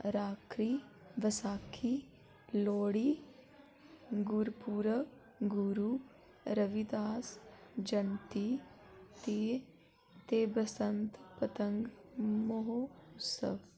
राखी Baisakhi Lohri Gurpurab Guru Ravidas Jayanti ती दे बसंत पतंग मोह् स